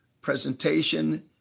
presentation